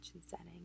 setting